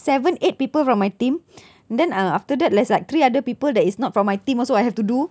seven eight people from my team then uh after that there's like three other people that it's not from my team also I have to do